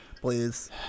Please